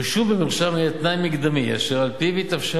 רישום במרשם יהיה תנאי מקדמי אשר על-פיו יתאפשר